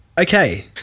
Okay